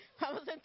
Vamos